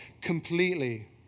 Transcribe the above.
completely